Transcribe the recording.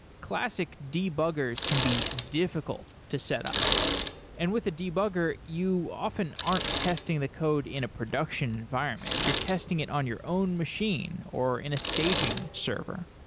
classic debuggers can be difficult to set up and with a debugger you often aren't testing the code in a production environment. you're testing it in your own machine or in a staging server.